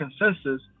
consensus